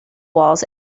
walls